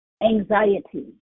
anxiety